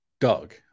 Doug